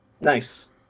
Nice